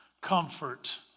comfort